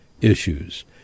issues